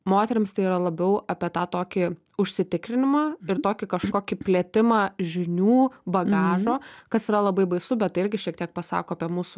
moterims tai yra labiau apie tą tokį užsitikrinimą ir tokį kažkokį plėtimą žinių bagažo kas yra labai baisu bet tai irgi šiek tiek pasako apie mūsų